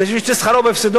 אני חושב שיוצא שכרו בהפסדו.